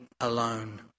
alone